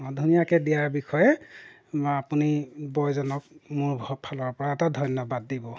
অঁ ধুনীয়াকৈ দিয়াৰ বিষয়ে বা আপুনি বয়জনক মোৰ ফালৰপৰা এটা ধন্যবাদ দিব